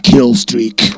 Killstreak